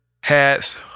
hats